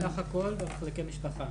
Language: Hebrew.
סך הכל, במחלקי משפחה.